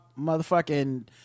motherfucking